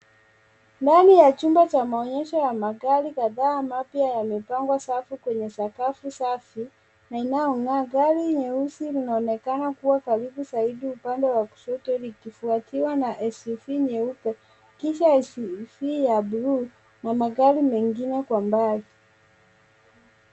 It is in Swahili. Ndani ya chumba cha maonyesho ya magari kadhaa mapya yamepangwa safu kwenye sakafu safi na inayong'aa. Gari nyeusi linaonekana kuwa karibu zaidi upande wa kushoto likifuatiwa na suv nyeupe, kisha suv ya buluu na magari mengine kwa mbali.